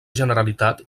generalitat